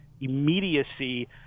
immediacy